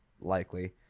likely